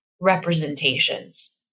representations